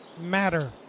matter